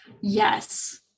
Yes